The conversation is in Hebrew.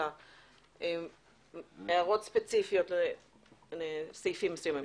אלא הערות ספציפיות לסעיפים מסוימים.